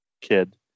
kid